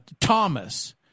Thomas